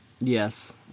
Yes